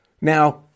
Now